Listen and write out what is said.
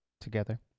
together